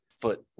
foot